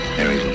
Mary